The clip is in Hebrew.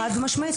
חד משמעי,